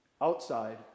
outside